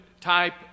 type